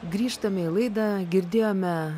grįžtame į laidą girdėjome